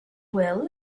will